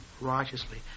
righteously